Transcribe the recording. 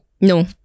no